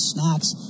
Snacks